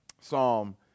Psalm